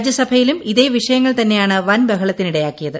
രാജ്യസഭയിലും ഇതേ വിഷയങ്ങൾ തന്നെയാണ് വൻ ബഹളത്തിനിടയാക്കിയത്